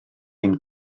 ein